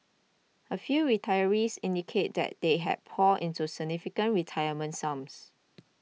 a few retirees indicated that they had poured in significant retirement sums